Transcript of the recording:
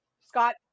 Scott